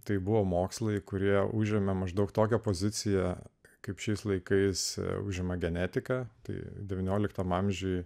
tai buvo mokslai kurie užėmė maždaug tokią poziciją kaip šiais laikais užima genetika tai devynioliktam amžiui